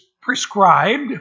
prescribed